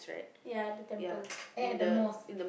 ya the temple eh the mosque